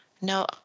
no